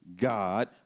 God